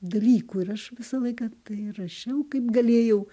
dalykų ir aš visą laiką tai rašiau kaip galėjau